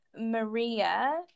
Maria